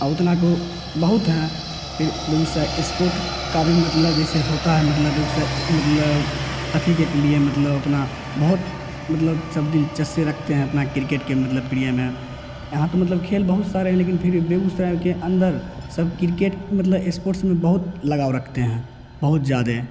उतना को बहुत हैं फिर बेगूसराय इस्पोर्ट का भी मतलब जैसे होता है मतलब बेगूसराय मतलब के लिए मतलब अपना बहुत मतलब सब दिलचस्प रखते हैं अपना किरकेट के मतलब प्रेम है यहाँ तो मतलब खेल बहुत सारे हैं लेकिन फिर भी बेगूसराय के अंदर सब किरकेट मतलब इस्पोर्ट्स में बहुत लगाव रखते हैं बहुत ज़्यादे